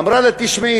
אמרה לה: תשמעי,